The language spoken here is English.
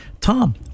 Tom